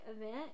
event